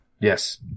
Yes